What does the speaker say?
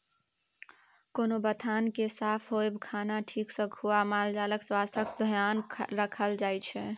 कोनो बथान केर साफ होएब, खाना ठीक सँ खुआ मालजालक स्वास्थ्यक धेआन राखल जाइ छै